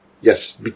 yes